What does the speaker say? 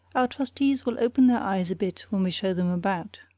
our trustees will open their eyes a bit when we show them about.